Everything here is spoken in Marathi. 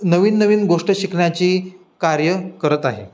नवीन नवीन गोष्ट शिकण्याची कार्य करत आहे